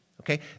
okay